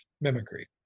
mimicry